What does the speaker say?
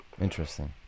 interesting